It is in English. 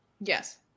yes